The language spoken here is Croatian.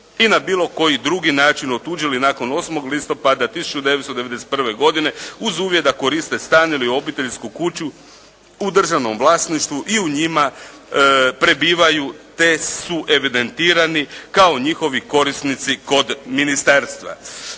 i na bilo koji drugi način otuđili nakon 8. listopada 1991. godine uz uvjet da koriste stan ili obiteljsku kuću u državnom vlasništvu i u njima prebivaju te su evidentirani kao njihovi korisnici kod ministarstva.